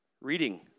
reading